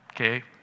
Okay